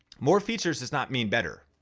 more features does not mean better,